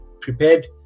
prepared